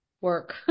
Work